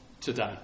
today